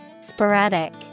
Sporadic